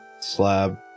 slab